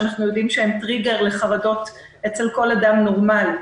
שאנחנו יודעים שהן טריגר לחרדות אצל כל אדם נורמלי.